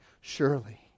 Surely